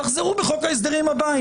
תחזרו בחוק ההסדרים הבא,